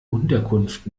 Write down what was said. unterkunft